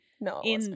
no